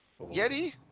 Yeti